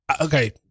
okay